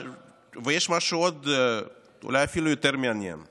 ויש עוד משהו אפילו יותר מעניין אולי: